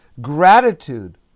Gratitude